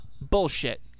Bullshit